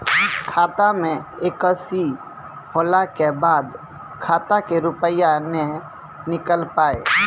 खाता मे एकशी होला के बाद खाता से रुपिया ने निकल पाए?